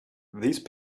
these